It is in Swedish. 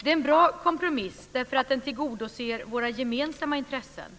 Det är en bra kompromiss därför att den tillgodoser våra gemensamma intressen,